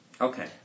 Okay